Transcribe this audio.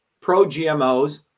pro-GMOs